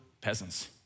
peasants